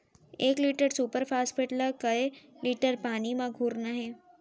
एक litre super phosphate ला कए लीटर पानी मा घोरना हे?